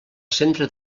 centre